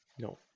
No